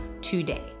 today